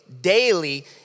daily